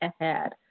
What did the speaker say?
ahead